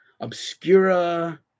Obscura